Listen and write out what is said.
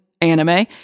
anime